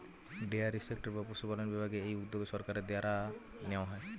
dairy sector বা পশুপালন বিভাগে এই উদ্যোগ সরকারের দ্বারা নেওয়া হয়